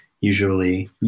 usually